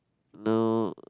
now